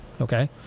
Okay